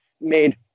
made